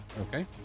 Okay